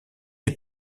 les